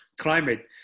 climate